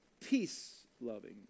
peace-loving